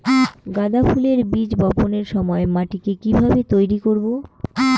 গাদা ফুলের বীজ বপনের সময় মাটিকে কিভাবে তৈরি করব?